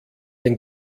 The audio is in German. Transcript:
ein